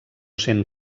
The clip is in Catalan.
sent